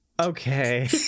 okay